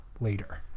later